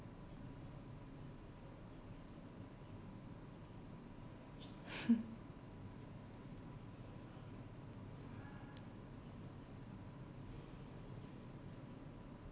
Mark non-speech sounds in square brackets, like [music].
[laughs]